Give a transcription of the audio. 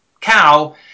cow